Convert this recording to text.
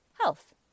Health